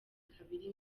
kabiri